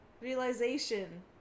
realization